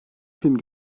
film